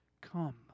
come